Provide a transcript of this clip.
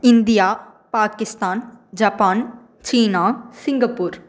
India Pakistan Japan China Singapore